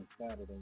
Saturday